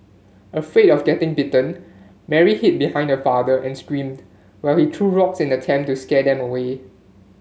afraid of getting bitten Mary hid behind her father and screamed while he threw rocks in attempt to scare them away